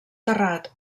terrat